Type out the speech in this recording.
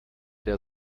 der